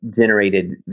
generated